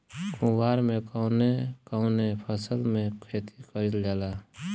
कुवार में कवने कवने फसल के खेती कयिल जाला?